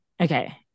Okay